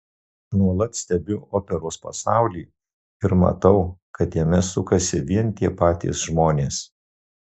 nuolat stebiu operos pasaulį ir matau kad jame sukasi vien tie patys žmonės